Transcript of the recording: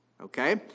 okay